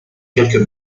quelques